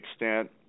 extent